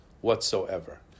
whatsoever